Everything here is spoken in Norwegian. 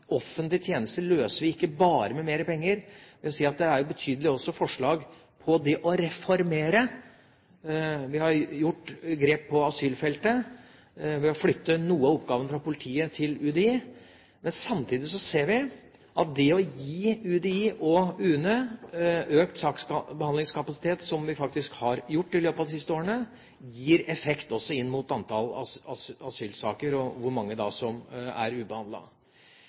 tjenester løser vi ikke bare med mer penger. Jeg vil si at det er betydelige forslag om det å reformere, og vi har gjort grep på asylfeltet ved å flytte noen av oppgavene fra politiet til UDI. Men samtidig ser vi at det å gi UDI og UNE økt saksbehandlingskapasitet, som vi faktisk har gjort i løpet av de siste årene, gir effekt også inn mot antall asylsaker – og hvor mange som da er ubehandlede. Derfor er